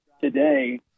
today